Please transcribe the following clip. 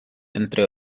entre